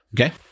okay